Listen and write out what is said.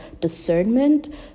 discernment